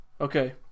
Okay